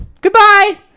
Goodbye